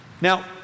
Now